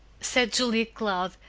said julia cloud,